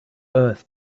earth